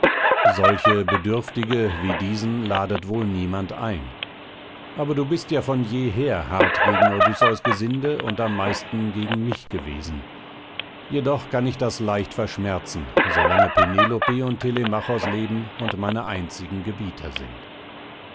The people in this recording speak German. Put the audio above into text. solche bedürftige wie diesen ladet wohl niemand ein aber du bist ja von jeher hart gegen odysseus gesinde und am meisten gegen mich gewesen jedoch kann ich das leicht verschmerzen so lange penelope und telemachos leben und meine einzigen gebieter sind